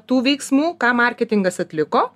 tų veiksmų ką marketingas atliko